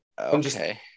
Okay